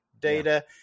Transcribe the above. data